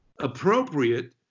appropriate